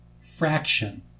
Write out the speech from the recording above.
fraction